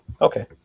Okay